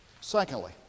Secondly